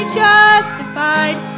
justified